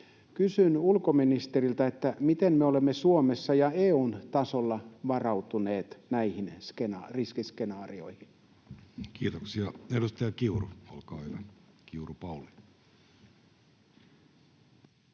Kysyn ulkoministeriltä, miten me olemme Suomessa ja EU:n tasolla varautuneet näihin riskiskenaarioihin. Kiitoksia. — Edustaja Kiuru, Pauli, olkaa hyvä. Arvoisa